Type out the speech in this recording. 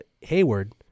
Hayward